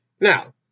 Now